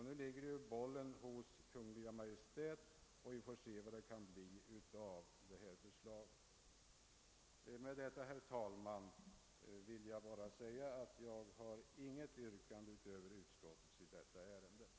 Nu ligger bollen hos Kungl. Maj:t, och vi får se vad det kan bli av detta förslag. Herr talman! Jag har inget yrkande utöver utskottets i detta ärende.